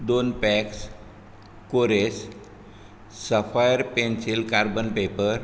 दोन पॅक्स कोरेस sapphire pencil carbon paper